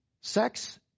Sex